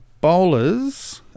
bowlers